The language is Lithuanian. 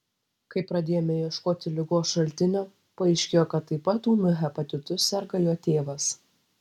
kai pradėjome ieškoti ligos šaltinio paaiškėjo kad taip pat ūmiu hepatitu serga jo tėvas